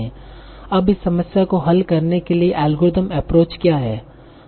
अब इस समस्या को हल करने के लिए एल्गोरिथ्म एप्रोच क्या है